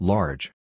Large